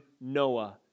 Noah